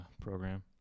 program